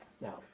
Now